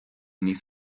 níos